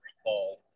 recall